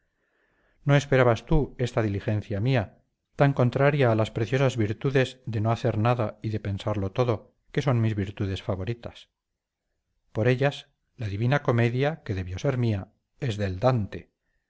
no esperabas tú esta diligencia mía tan contraria a las preciosas virtudes de no hacer nada y de pensarlo todo que son mis virtudes favoritas por ellas la divina comedia que debió ser mía es del dante